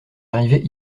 arrivée